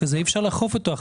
אי אפשר יהיה לאכוף אותו.